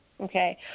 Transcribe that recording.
okay